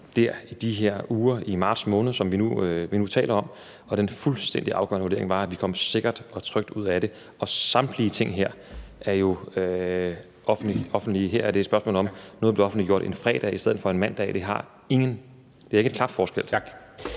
i de her uger i marts måned, som vi nu taler om. Og den fuldstændig afgørende vurdering var, at vi kom sikkert og trygt ud af det. Samtlige ting her er jo offentlige. Her er det et spørgsmål, om noget blev offentliggjort en fredag stedet for en mandag – det gør ikke en klap forskel. Kl.